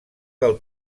del